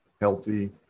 healthy